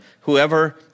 whoever